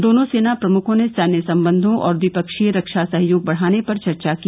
दोनों सेना प्रमुखों ने सैन्य संबंधों और ट्विपक्षीय रक्षा सहयोग बढ़ाने पर चर्चा की